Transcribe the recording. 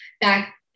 back